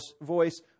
voice